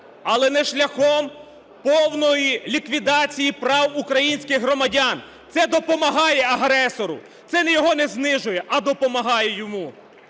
але не шляхом повної ліквідації прав українських громадян. Це допомагає агресору, це його не знижує, а допомагає йому.